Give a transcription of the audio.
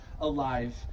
alive